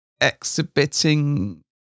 exhibiting